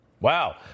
Wow